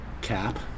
cap